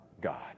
God